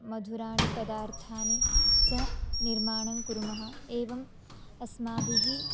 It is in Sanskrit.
मधुराणि पदार्थानि च निर्माणं कुर्मः एवं अस्माभिः